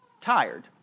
Tired